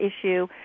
issue